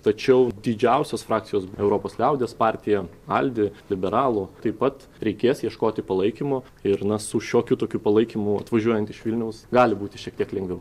tačiau didžiausios frakcijos europos liaudies partija aldi liberalų taip pat reikės ieškoti palaikymo ir na su šiokiu tokiu palaikymu atvažiuojant iš vilniaus gali būti šiek tiek lengviau